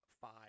five